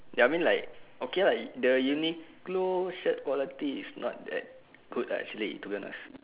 ya I mean like okay lah the Uniqlo shirt quality is not that good ah actually to be honest